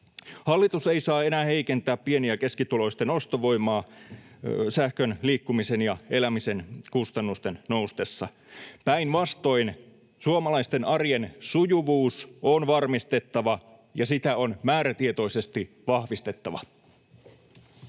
Hallitus ei saa enää heikentää pieni- ja keskituloisten ostovoimaa sähkön, liikkumisen ja elämisen kustannusten noustessa. Päinvastoin suomalaisten arjen sujuvuus on varmistettava ja sitä on määrätietoisesti vahvistettava.